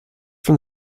from